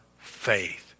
faith